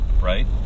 Right